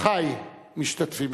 סיכום דיון?